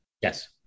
Yes